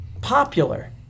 popular